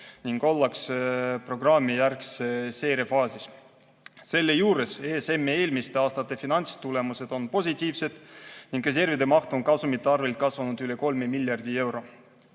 ning ollakse programmijärgse seire faasis. Seejuures on ESM-i eelmiste aastate finantstulemused positiivsed ning reservide maht on kasumite arvel kasvanud üle kolme miljardi euro.